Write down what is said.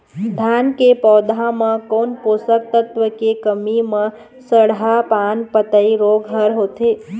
धान के पौधा मे कोन पोषक तत्व के कमी म सड़हा पान पतई रोग हर होथे?